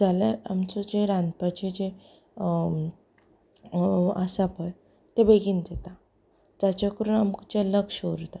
जाल्यार आमचें जें रांदपाचें जें आसा पळय तें बेगीन जाता जाचें करून आमचें लक्ष्य उरता